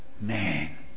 Man